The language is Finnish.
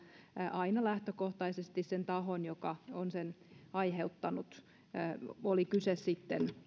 aina lähtökohtaisesti sen tahon vastuulla joka on sen aiheuttanut oli kyse sitten